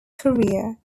career